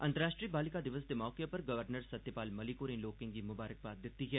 अंतर्राष्ट्रीय बालिका दिवस दे मौके उप्पर गवर्नर सत्यपाल मलिक होरें लोकें गी ममारखबाद दिती ऐ